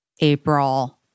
April